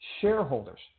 shareholders